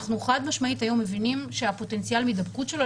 אנחנו חד משמעית היום מבינים שפוטנציאל ההידבקות שלו,